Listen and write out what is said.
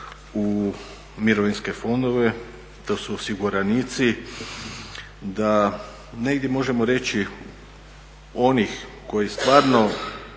u mirovinske fondove, to su osiguranici, da negdje možemo reći onih koji stvarno